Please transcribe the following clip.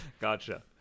Gotcha